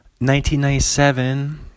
1997